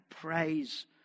praise